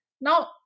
Now